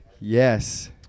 Yes